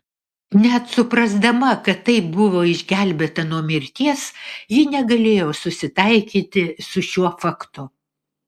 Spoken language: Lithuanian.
net suprasdama kad taip buvo išgelbėta nuo mirties ji negalėjo susitaikyti su šiuo faktu